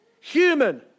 human